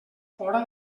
fora